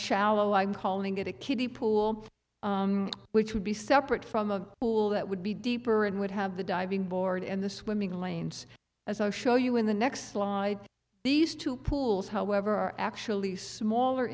shallow i'm calling it a kiddie pool which would be separate from a pool that would be deeper and would have the diving board and the swimming lanes as i show you in the next slide these two pools however are actually smaller